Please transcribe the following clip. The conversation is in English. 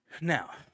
Now